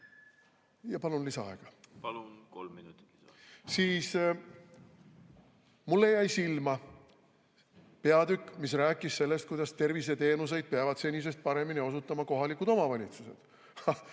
Aitäh! ... mulle jäi silma peatükk, mis rääkis sellest, kuidas tervishoiuteenuseid peavad senisest paremini osutama kohalikud omavalitsused.